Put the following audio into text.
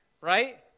right